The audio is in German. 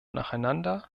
nacheinander